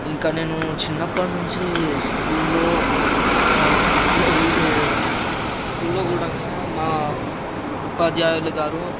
ఇంకా నేను చిన్నప్పటినుండి స్కూల్లో వీ ఈ స్కూల్లో కూడా మా ఉపాధ్యాయులుగారు